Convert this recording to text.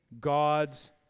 God's